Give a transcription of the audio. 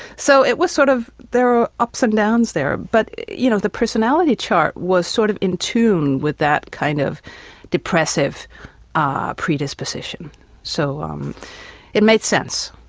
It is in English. so it was sort of there are ups and downs there but you know the personality chart was sort of entombed with that kind of depressive ah predisposition so um it made sense.